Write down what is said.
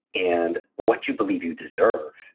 and what you believe you deserve,